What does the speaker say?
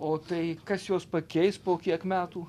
o tai kas juos pakeis po kiek metų